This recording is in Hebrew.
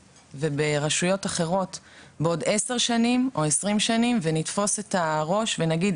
וברשויות אחרות בעוד 10 שנים או 20 שנים ונתפוס את הראש ונגיד: